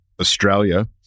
Australia